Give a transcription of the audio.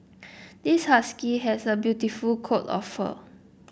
this husky has a beautiful coat of fur